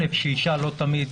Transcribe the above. ראשית, שאישה לא תמיד